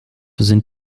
sind